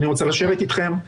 אני רוצה לשבת איתכם,